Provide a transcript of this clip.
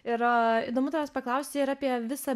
yra įdomu tavęs paklausti ir apie visą